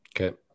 Okay